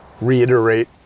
reiterate